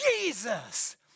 Jesus